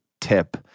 tip